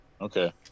Okay